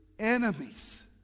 Enemies